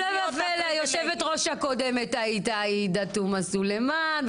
היושבת-ראש הקודמת הייתה עאידה תומא סלימאן,